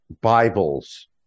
Bible's